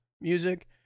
music